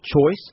choice